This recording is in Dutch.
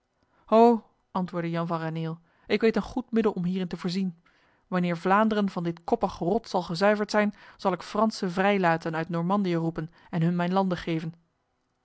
ho antwoordde jan van raneel ik weet een goed middel om hierin te voorzien wanneer vlaanderen van dit koppig rot zal gezuiverd zijn zal ik franse vrijlaten uit normandië roepen en hun mijn landen geven